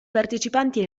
partecipanti